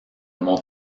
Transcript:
mont